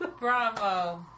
Bravo